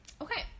okay